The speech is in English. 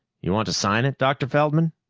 you want to sign it, dr. feldman?